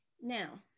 Now